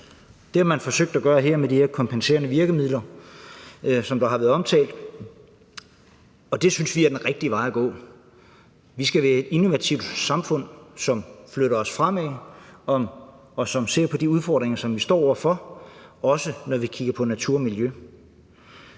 Det har man forsøgt at gøre med de her kompenserende virkemidler, som der har været omtalt, og det synes vi er den rigtige vej at gå. Vi skal være et innovativt samfund, som flytter os fremad, og som ser på de udfordringer, som vi står over for, også når vi kigger på natur og miljø.